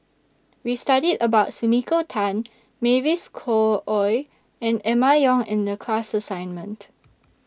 We studied about Sumiko Tan Mavis Khoo Oei and Emma Yong in The class assignment